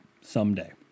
someday